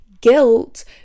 guilt